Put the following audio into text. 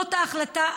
זאת ההחלטה.